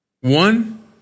One